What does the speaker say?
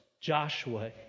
joshua